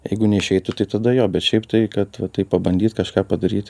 jeigu neišeitų tai tada jo bet šiaip tai kad va taip pabandyt kažką padaryti